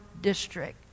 district